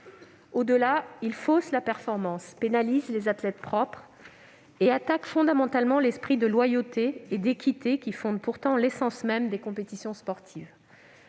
Au-delà, ils faussent la performance, pénalisent les athlètes propres et attaquent fondamentalement l'esprit de loyauté et d'équité, qui fonde pourtant l'essence même des compétitions sportives.